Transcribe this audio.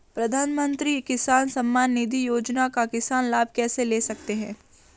प्रधानमंत्री किसान सम्मान निधि योजना का किसान लाभ कैसे ले सकते हैं?